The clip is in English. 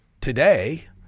today